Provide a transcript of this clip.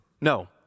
No